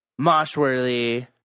Moshworthy